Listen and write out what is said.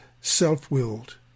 self-willed